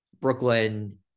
Brooklyn